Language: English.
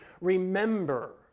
remember